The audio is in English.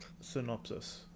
synopsis